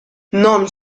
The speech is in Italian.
non